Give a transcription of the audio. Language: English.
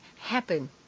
happen